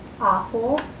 awful